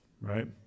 right